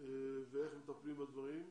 ואיך מטפלים בדברים,